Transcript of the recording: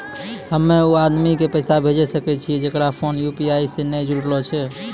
हम्मय उ आदमी के पैसा भेजै सकय छियै जेकरो फोन यु.पी.आई से नैय जूरलो छै?